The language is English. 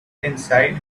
inside